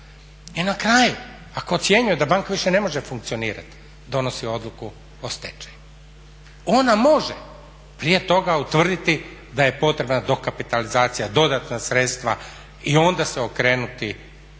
I na kraju ako ocjenjuje da banka više ne može funkcionirati donosi odluku o stečaju. Ona može prije toga utvrditi da je potrebna dokapitalizacija, dodatna sredstva i onda se okrenuti